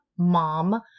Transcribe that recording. mom